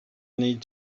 need